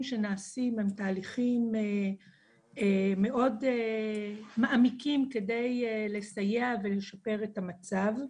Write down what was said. שנעשים הם תהליכים מאוד מעמיקים כדי לסייע ולשפר את המצב.